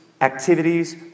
activities